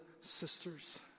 sisters